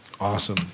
Awesome